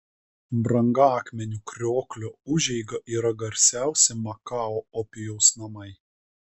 brangakmenių krioklio užeiga yra garsiausi makao opijaus namai